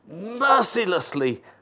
mercilessly